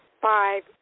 five